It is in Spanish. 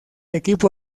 equipo